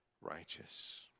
righteous